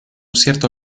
cierto